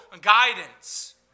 guidance